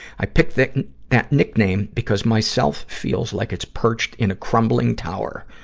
i picked that and that nickname because my self feels like it's perched in a crumbling tower,